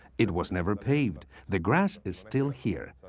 it was never paved the grass is still here.